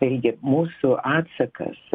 vėlgi mūsų atsakas